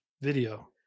video